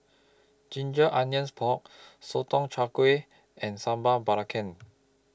Ginger Onions Pork Sotong Char Kway and Sambal Belacan